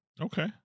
okay